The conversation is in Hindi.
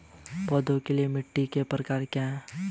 पौधों के लिए मिट्टी के प्रकार क्या हैं?